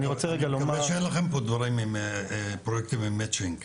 אני מקווה שאין לכם פה פרויקטים עם Matching.